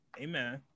Amen